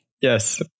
Yes